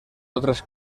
otras